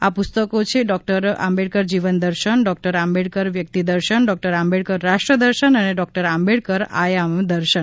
આ પુસ્તકો છે ડોક્ટર આંબેડકર જીવન દર્શન ડોક્ટર આંબેડકર વ્યક્તિ દર્શન ડોક્ટર આંબેડકર રાષ્ટ્ર દર્શન અને ડોક્ટર આંબેડકર આયામ દર્શન